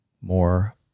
more